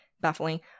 baffling